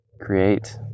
Create